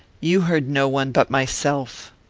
you heard no one but myself.